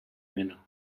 mena